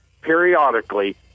periodically